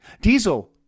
Diesel